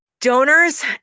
Donors